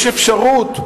יש אפשרות,